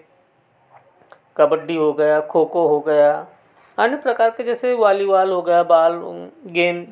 कबड्डी हो गया खो खो हो गया अन्य प्रकार के जैसे वाली बौल हो गया